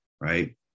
right